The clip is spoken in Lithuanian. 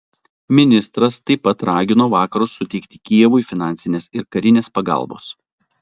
ministras taip pat ragino vakarus suteikti kijevui finansinės ir karinės pagalbos